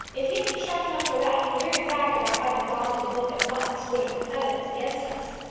if he had been sharp enough for that, the very fact of our having gone to the book at once would have been evidence against us.